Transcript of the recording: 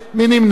מי נמנע?